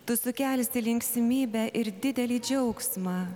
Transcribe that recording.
tu sukelsi linksmybę ir didelį džiaugsmą